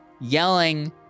yelling